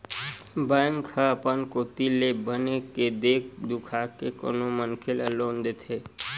bank ह अपन कोती ले बने के देख दुखा के कोनो मनखे ल लोन देथे